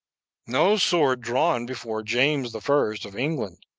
no sword drawn before james the first of england,